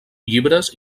llibres